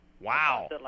Wow